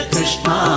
Krishna